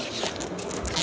Hvala.